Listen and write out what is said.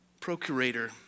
procurator